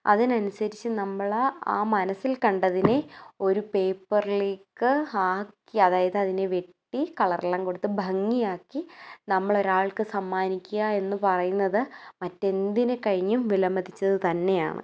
അതിനനുസരിച്ച് നമ്മളാ ആ മനസ്സിൽ കണ്ടതിനെ ഒരു പേപ്പറിലേക്ക് ആക്കി അതായത് അതിനെ വെട്ടി കളറെല്ലാം കൊടുത്ത് ഭംഗിയാക്കി നമ്മളൊരാൾക്ക് സമ്മാനിക്കുക എന്ന് പറയുന്നത് മറ്റെന്തിനെ കഴിഞ്ഞും വിലമതിച്ചത് തന്നെയാണ്